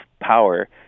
power